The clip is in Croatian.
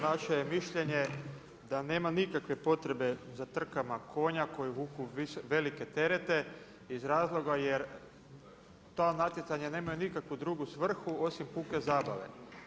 Naše je mišljenje da nema nikakve potrebe za trkama konja koji vuku velike terete iz razloga jer ta natjecanja nemaju nikakvu drugu svrhu osim puke zabave.